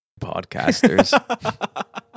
podcasters